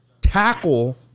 tackle